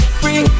free